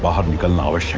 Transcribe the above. but hidden power